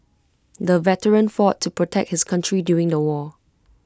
the veteran fought to protect his country during the war